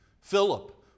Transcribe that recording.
Philip